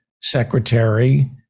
secretary